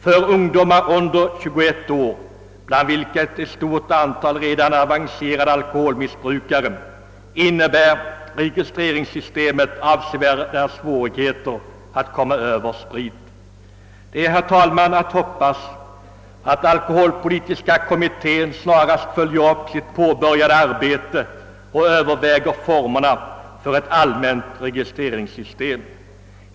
För ungdomar under 21 år, bland vilka ett stort antal redan är avancerade alkoholmissbrukare, innebär registreringssystemet avsevärda svårigheter att komma över sprit. Det är, herr talman, att hoppas att alkoholpolitiska kommittén snarast följer upp sitt påbörjade arbete och överväger formerna för ett allmänt registreringssystem.